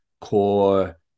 core